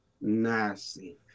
nasty